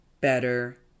better